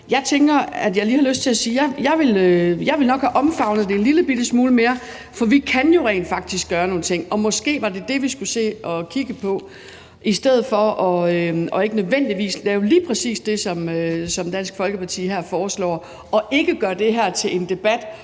Jeg tænker, at jeg lige har lyst til at sige, at jeg nok ville have omfavnet det en lillebitte smule mere, for vi kan jo rent faktisk gøre nogle ting, og måske var det det, vi skulle se at kigge på, i stedet for nødvendigvis at lave lige præcis det, som Dansk Folkeparti her foreslår, og altså ikke gøre det her til en debat